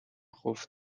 خوف